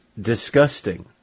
disgusting